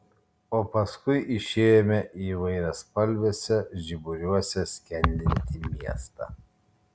o paskui išėjome į įvairiaspalviuose žiburiuose skendintį miestą